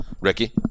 Ricky